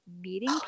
meeting